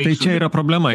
tai čia yra problema